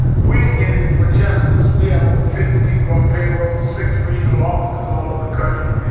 we're in it for justice. we have over fifty people on payroll, six regional offices all over the country.